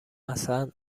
اصن